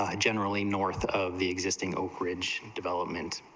ah generally north of the existing oak ridge development,